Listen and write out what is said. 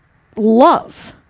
love.